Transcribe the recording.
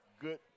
good